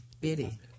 bitty